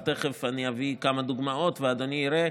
יחד עם חבריי חברי הכנסת סמי אבו שחאדה ואוסאמה סעדי,